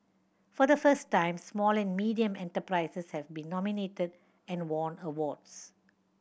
for the first time small and medium enterprises have been nominated and won awards